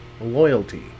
loyalty